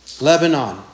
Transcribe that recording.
Lebanon